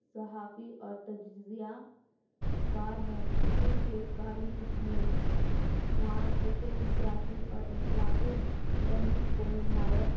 صحافی اور تجزیہ کار ہے جن کے کالمز میں معاشرتی سیاسی اور اخلاقی پہلو کو نہایت